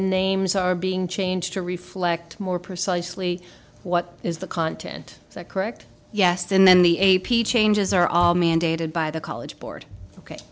names are being changed to reflect more precisely what is the content is that correct yes and then the a p changes are all mandated by the college board ok